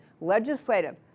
legislative